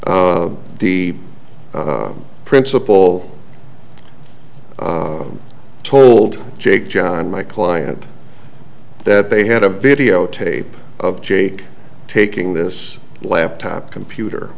the principle told jake john my client that they had a videotape of jake taking this laptop computer